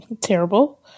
Terrible